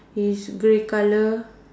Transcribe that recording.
is grey colour